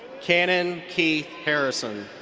canon keith harrison.